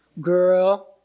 girl